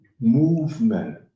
movement